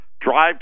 drive